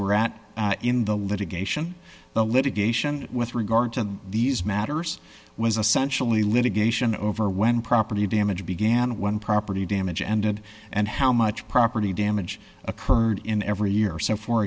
were at in the litigation the litigation with regard to these matters was essential to the litigation over when property damage began when property damage ended and how much property damage occurred in every year so for